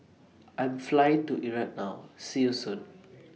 I'm Flying to Iraq now See YOU Soon